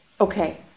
Okay